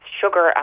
sugar